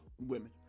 women